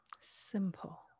simple